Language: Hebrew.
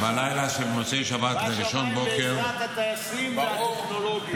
רק שמיים, בעזרת הטייסים והטכנולוגיה.